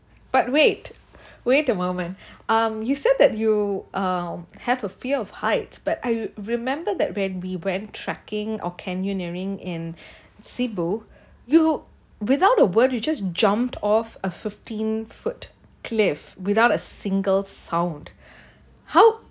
but wait wait a moment um you said that you uh have a fear of heights but I remembered that when we went trekking or canyoneering in sibu you without a word you just jumped off a fifteen foot cliff without a single sound how